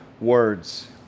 words